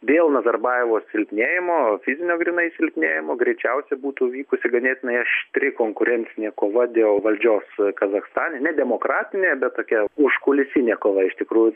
dėl nazarbajevo silpnėjimo fizinio grynai silpnėjimo greičiausiai būtų vykusi ganėtinai aštri konkurencinė kova dėl valdžios kazachstane nedemokratinė bet tokia užkulisinė kova iš tikrųjų